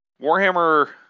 Warhammer